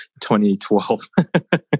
2012